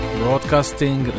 broadcasting